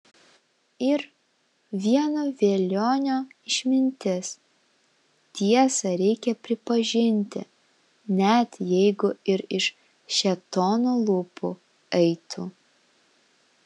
ir vieno velionio išmintis tiesą reikia pripažinti net jeigu ir iš šėtono lūpų eitų